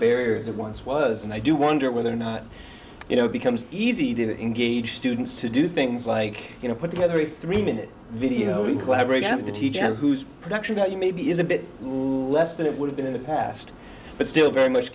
barrier as it once was and i do wonder whether or not you know it becomes easy to engage students to do things like you know put together a three minute video collaboration of the teacher who's production value maybe is a bit less than it would have been in the past but still very much